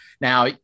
Now